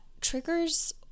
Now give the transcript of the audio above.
triggers